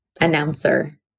announcer